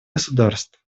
государств